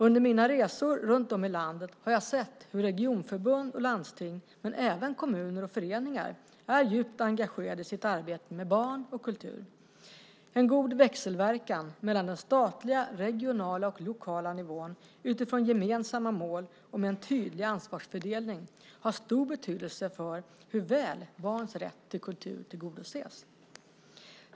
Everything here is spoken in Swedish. Under mina resor runt om i landet har jag sett hur regionförbund och landsting men även kommuner och föreningar är djupt engagerade i sitt arbete med barn och kultur. En god växelverkan mellan den statliga, regionala och lokala nivån utifrån gemensamma mål och med en tydlig ansvarsfördelning har stor betydelse för hur väl barns rätt till kultur tillgodoses.